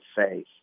faith